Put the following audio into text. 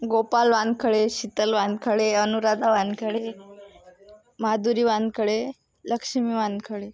Gopal Wankhede Sheetal Wankhede Anuradha Wankhede Madhuri Wankhede Laxmi Wankhale